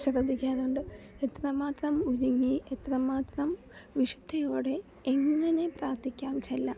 ശ്രദ്ധിക്കാറുണ്ട് ഇത്രമാത്രം ഒരുങ്ങി ഇത്രമാത്രം വിശുദ്ധിയോടെ എങ്ങനെ പ്രാർത്ഥിക്കാൻ ചെല്ലാം